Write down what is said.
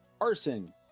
Arson